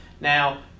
Now